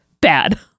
bad